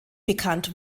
bekannt